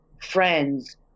friends